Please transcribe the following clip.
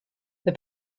the